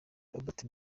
robert